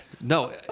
no